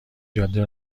جاده